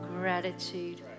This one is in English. gratitude